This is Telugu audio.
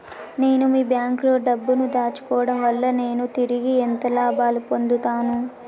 నేను మీ బ్యాంకులో డబ్బు ను దాచుకోవటం వల్ల నేను తిరిగి ఎంత లాభాలు పొందుతాను?